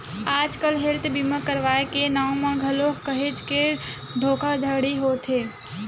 आजकल हेल्थ बीमा करवाय के नांव म घलो काहेच के धोखाघड़ी होवत हे